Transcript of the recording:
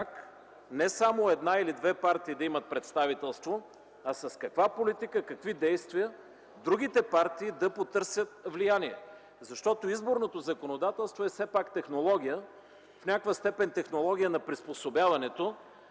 как не само една или две партии да имат представителство, а с каква политика и с какви действия другите партии да потърсят влияние. Защото изборното законодателство все пак е технология, в някаква степен технология на приспособяването,